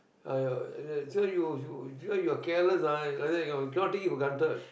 ah you are so you you you careless ah like that ah you cannot take it for granted